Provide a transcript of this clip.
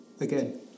Again